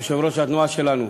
יושב-ראש התנועה שלנו,